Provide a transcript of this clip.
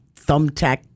thumbtack